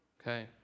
okay